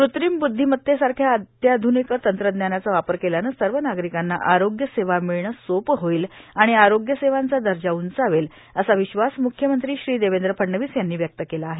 कृत्रिम ब्द्धिमत्तेसारख्या अत्याध्निक तंत्रज्ञानाचा वापर केल्यानं सर्व नागरिकांना आरोग्य सेवा मिळणं सोपं होईल आणि आरोग्यसेवांचा दर्जा उंचावेल असा विश्वास मुख्यमंत्री देवेंद्र फडणवीस यांनी व्यक्त केला आहे